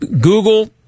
Google